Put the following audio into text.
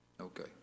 okay